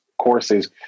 courses